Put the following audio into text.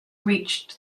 reached